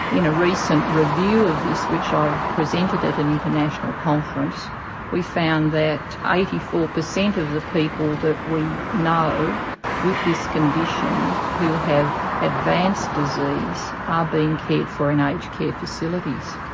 in a recent review of this which i've presented at an international conference we found that eighty four percent of the people that we know with this condition who have advanced disease are being cared for in aged care facilities.